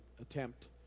attempt